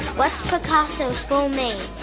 what's picasso's full name?